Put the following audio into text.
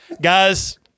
Guys